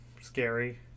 scary